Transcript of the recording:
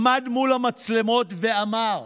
עמד מול המצלמות ואמר: